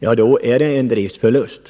är det en driftförlust.